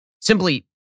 simply